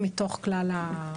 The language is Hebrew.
מחדש, לתכנן את